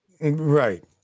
Right